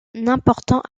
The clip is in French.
important